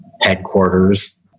headquarters